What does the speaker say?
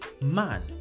Man